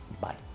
Bye